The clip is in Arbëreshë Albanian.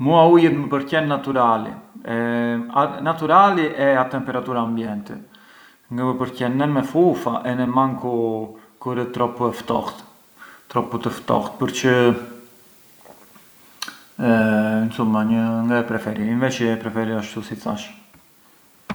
E hënia për mua ë kur zë fill ndo gjagjë, ë kur sos java e zë fill java e re, e quindi zëhet fill pameta të vesh… zë fill pameta të vesh te shuburtira, te skolla, e hënia ngë ë facili.